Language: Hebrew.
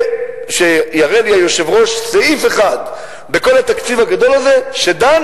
שיראה לי היושב-ראש סעיף אחד בכל התקציב הגדול הזה שדן